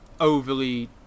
overly